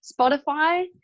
Spotify